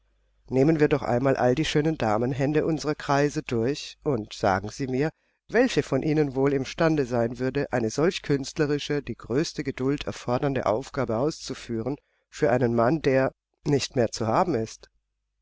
nehmen wir doch einmal alle die schönen damenhände unserer kreise durch und sagen sie mir welche von ihnen wohl im stande sein würde eine solch künstlerische die größte geduld erfordernde aufgabe auszuführen für einen mann der nicht mehr zu haben ist